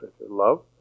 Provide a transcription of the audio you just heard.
love